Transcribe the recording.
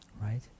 right